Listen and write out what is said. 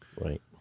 Right